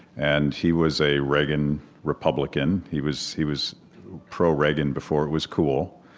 and he was a reagan republican. he was he was pro-reagan before it was cool.